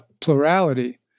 plurality